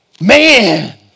man